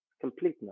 completeness